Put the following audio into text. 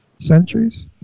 centuries